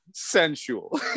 Sensual